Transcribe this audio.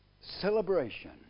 celebration